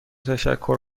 تشکر